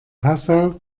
passau